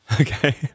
Okay